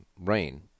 rain